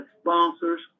sponsors